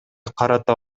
карата